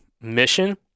mission